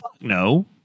No